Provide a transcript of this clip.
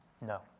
No